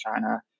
China